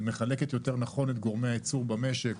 מחלקת יותר נכון את גורמי הייצור במשק,